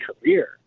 career